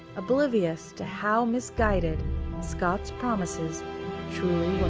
oblivious to how misguided scott's promises truly